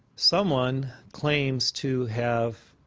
someone claims to have